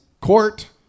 Court